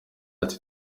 ati